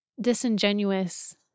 disingenuous